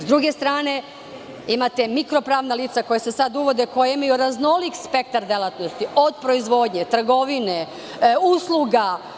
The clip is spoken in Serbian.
S druge strane, imate mikro pravna lica koja se sada uvode koja imaju raznolik spektar delatnosti od proizvodnje, trgovine, usluga.